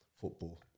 football